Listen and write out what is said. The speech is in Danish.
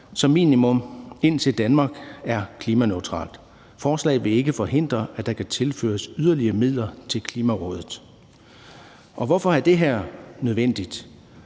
som minimum indtil Danmark er klimaneutralt. Forslaget vil ikke forhindre, at der kan tilføres yderligere midler til Klimarådet. Hvorfor er det her nødvendigt?